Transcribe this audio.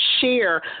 share